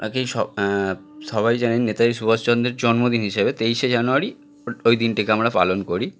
তাকেই স সবাই জানেন নেতাজি সুভাষচন্দ্রের জন্মদিন হিসেবে তেইশে জানুয়ারি ওই দিনটিকে আমরা পালন করি